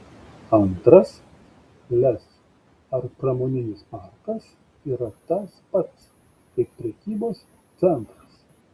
antras lez ar pramoninis parkas yra tas pats kaip prekybos centras